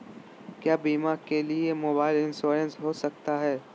क्या बीमा के लिए मोबाइल इंश्योरेंस हो सकता है?